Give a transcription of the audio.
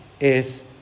es